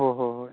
ꯍꯣꯏ ꯍꯣꯏ ꯍꯣꯏ